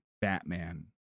Batman